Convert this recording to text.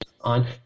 on